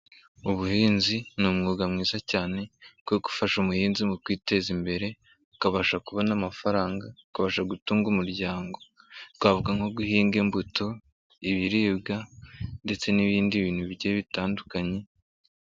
Ubuhinzi ni umwuga mwiza cyane kuko ufasha umuhinzi mu kwiteza imbere, akabasha kubona amafaranga, akabasha gutunga umuryango, twavuga nko guhinga imbuto, ibiribwa ndetse n'ibindi bintu bigiye bitandukanye.